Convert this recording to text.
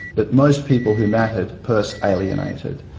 but most people who mattered, peirce alienated.